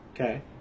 Okay